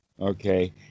Okay